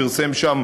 פרסם שם